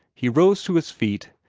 he rose to his feet,